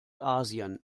asien